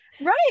right